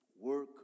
work